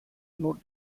note